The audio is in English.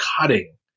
cutting